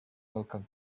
welcomed